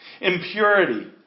Impurity